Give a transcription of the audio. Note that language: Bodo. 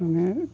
माने